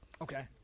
Okay